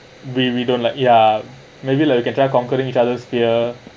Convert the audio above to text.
we we don't like ya maybe like we can try conquering each others fear